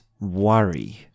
worry